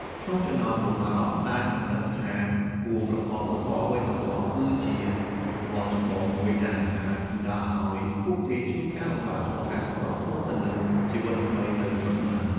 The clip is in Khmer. ក្នុងចំណោមនោះ អារម្មណ៍ដែលមិនដឹងថាគួរប្រកបរបរអ្វីបន្ទាប់ គឺជាកង្វល់ចម្បងមួយ ដែលអាចបណ្តាលឱ្យពួកគេជួបការលំបាកក្នុងការសម្របខ្លួនទៅនឹងជីវិតថ្មីនៅស្រុកកំណើត។